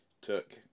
took